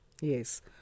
Yes